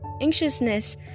anxiousness